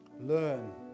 learn